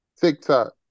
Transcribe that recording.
TikTok